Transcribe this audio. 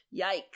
Yikes